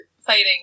fighting